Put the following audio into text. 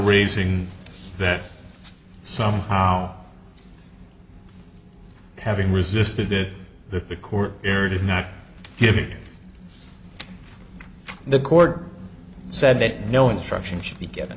raising that somehow having resisted that the court area did not give the court said that no instruction should be given